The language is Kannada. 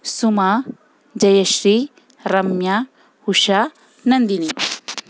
ಸುಮಾ ಜಯಶ್ರೀ ರಮ್ಯಾ ಉಷಾ ನಂದಿನಿ